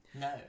No